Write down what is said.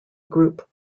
group